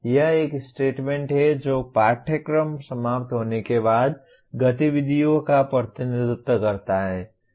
यह एक स्टेटमेंट है जो पाठ्यक्रम समाप्त होने के बाद गतिविधियों का प्रतिनिधित्व करता है